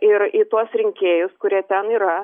ir į tuos rinkėjus kurie ten yra